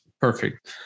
Perfect